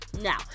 Now